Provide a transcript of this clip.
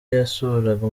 yasuraga